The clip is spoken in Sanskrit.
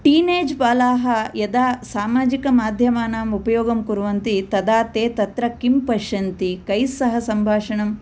टीनेज् बालाः यदा सामाजिकमाध्यमानाम् उपयोगं कुर्वन्ति तदा ते तत्र किं पश्यन्ति कैः सह सम्भाषणम्